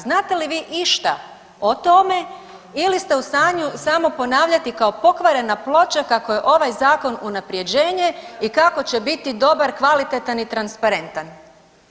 Znate li vi išta o tome ili ste u stanju samo ponavljati kao pokvarena ploča kako je ovaj zakon unaprjeđenje i kako će biti dobar, kvalitetan i transparentan.